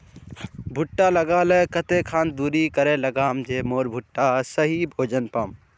भुट्टा लगा ले कते खान दूरी करे लगाम ज मोर भुट्टा सही भोजन पाम?